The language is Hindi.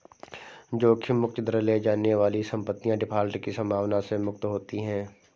जोखिम मुक्त दर ले जाने वाली संपत्तियाँ डिफ़ॉल्ट की संभावना से मुक्त होती हैं